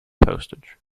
postage